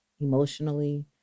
emotionally